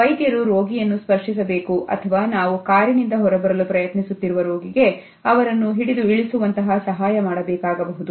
ವೈದ್ಯರು ರೋಗಿಯನ್ನು ಸ್ಪರ್ಶಿಸಬೇಕು ಅಥವಾ ನಾವು ಕಾರಿನಿಂದ ಹೊರಬರಲು ಪ್ರಯತ್ನಿಸುತ್ತಿರುವ ರೋಗಿಗೆ ಅವರನ್ನು ಹಿಡಿದು ಇಳಿಸುವಂತಹ ಸಹಾಯ ಮಾಡಬೇಕಾಗಬಹುದು